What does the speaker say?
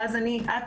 ואז היא תתייחס,